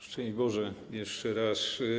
Szczęść Boże, jeszcze raz.